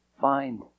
Find